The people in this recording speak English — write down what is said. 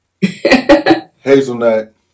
Hazelnut